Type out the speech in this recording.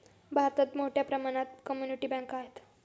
भारतात मोठ्या प्रमाणात कम्युनिटी बँका आहेत